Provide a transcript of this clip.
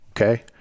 okay